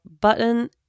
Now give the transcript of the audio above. button